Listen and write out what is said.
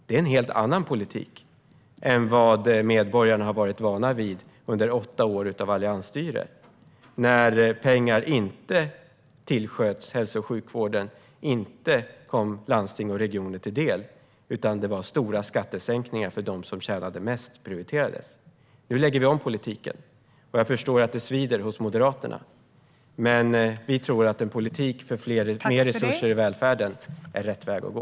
Det är en helt annan politik än vad medborgarna vande sig vid under åtta år av alliansstyre, när pengar inte tillsköts till hälso och sjukvården och inte kom landsting och regioner till del utan det var stora skattesänkningar för dem som tjänade mest som prioriterades. Nu lägger vi om politiken. Jag förstår att det svider för Moderaterna. Men vi tror att en politik för mer resurser i välfärden är rätt väg att gå.